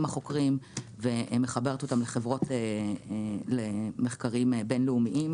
החוקרים ומחברת אותם למחקרים בין-לאומיים